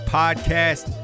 podcast